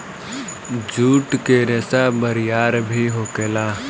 जुट के रेसा बरियार भी होखेला